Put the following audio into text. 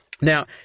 now